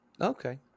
okay